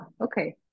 okay